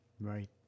Right